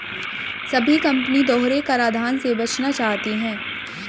सभी कंपनी दोहरे कराधान से बचना चाहती है